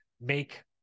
make